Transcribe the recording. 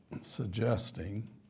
suggesting